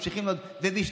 ממשיכים ללמוד ומשתלבים.